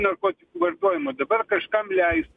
narkotikų vartojimą dabar kažkam leis